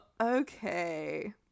Okay